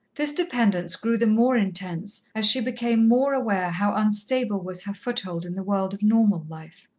this dependence grew the more intense, as she became more aware how unstable was her foothold in the world of normal life.